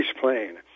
plane